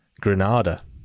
Granada